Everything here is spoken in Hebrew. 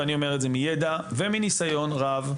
ואני אומר את זה מידע ומניסיון רב,